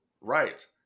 right